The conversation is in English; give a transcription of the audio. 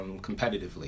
competitively